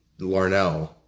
Larnell